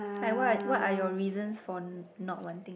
like what what are your reasons for not wanting